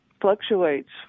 fluctuates